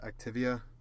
Activia